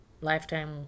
Lifetime